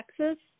Texas